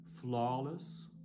flawless